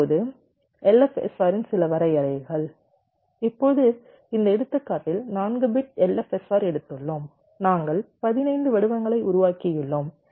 இப்போது LFSRன் சில வரையறைகள் இப்போது இந்த எடுத்துக்காட்டில் 4 பிட் LFSR எடுத்துள்ளோம் நாங்கள் 15 வடிவங்களை உருவாக்கியுள்ளோம்